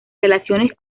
relaciones